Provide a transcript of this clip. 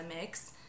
mix